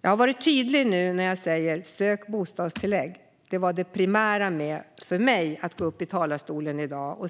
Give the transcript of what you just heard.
Jag har varit tydlig nu och sagt: Sök bostadstillägg! Det var det primära för mig när jag gick upp i talarstolen i dag.